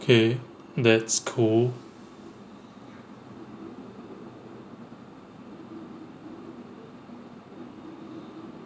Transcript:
okay that's cool